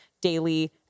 daily